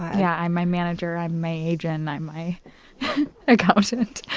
yeah i'm my manager. i'm my agent. and i'm my accountant.